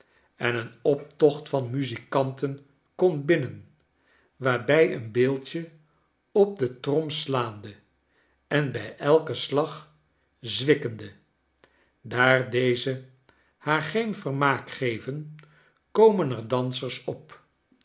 en een optocht van muzikanten komt binnen waarhij een beeldje op de trom slaande en bij elken slag zwikkende daar deze haar geen vermaak geven komen er dansers op